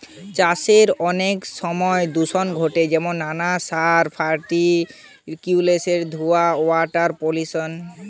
চাষে অনেক সময় দূষণ ঘটে যেমন নানান সার, ফার্টিলিসের ধুয়ে ওয়াটার পলিউশন